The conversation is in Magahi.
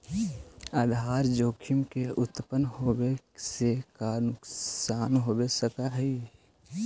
आधार जोखिम के उत्तपन होवे से का नुकसान हो सकऽ हई?